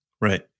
Right